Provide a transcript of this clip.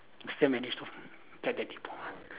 still manage to get the diploma